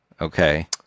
Okay